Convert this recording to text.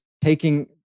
taking